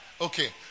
Okay